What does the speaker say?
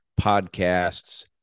podcasts